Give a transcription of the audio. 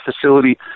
facility